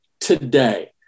today